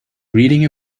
reading